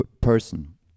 person